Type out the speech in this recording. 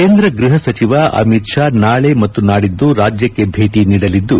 ಕೇಂದ್ರ ಗೃಹ ಸಚಿವ ಅಮಿತ್ ಶಾ ನಾಳೆ ಮತ್ತು ನಾಡಿದ್ದು ರಾಜ್ಯಕ್ಕೆ ಭೇಟಿ ನೀಡಲಿದ್ದು